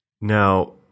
Now